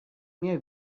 میای